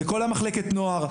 לכל המחלקת נוער.